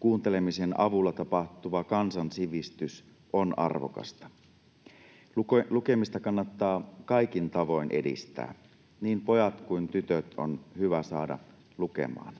kuuntelemisen avulla tapahtuva kansansivistys on arvokasta. Lukemista kannattaa kaikin tavoin edistää, niin pojat kuin tytöt on hyvä saada lukemaan.